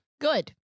Good